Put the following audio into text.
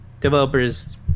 developers